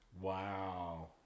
Wow